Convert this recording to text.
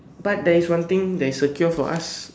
but there is one thing that is secure for us